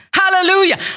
Hallelujah